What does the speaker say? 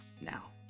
now